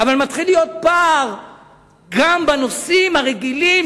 אבל מתחיל להיות פער גם בנושאים הרגילים,